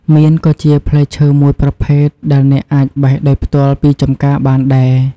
មៀនក៏ជាផ្លែឈើមួយប្រភេទដែលអ្នកអាចបេះដោយផ្ទាល់ពីចម្ការបានដែរ។